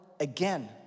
Again